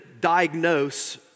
diagnose